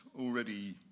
already